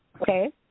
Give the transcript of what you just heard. Okay